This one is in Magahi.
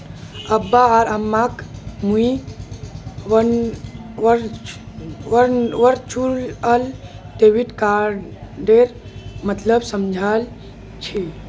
अब्बा आर अम्माक मुई वर्चुअल डेबिट कार्डेर मतलब समझाल छि